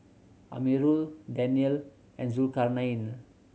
Amirul Daniel and Zulkarnain